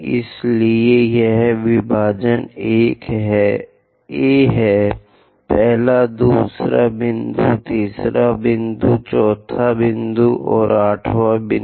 इसलिए यह विभाजन A है पहला दूसरा बिंदु तीसरा बिंदु चौथा बिंदु और आठवां बिंदु